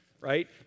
right